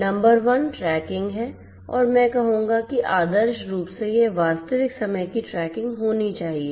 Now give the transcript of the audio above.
number 1 tracking है और मैं कहूंगा कि आदर्श रूप से यह वास्तविक समय की ट्रैकिंग होनी चाहिए